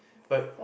but